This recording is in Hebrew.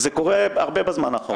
זה קורה הרבה בזמן האחרון.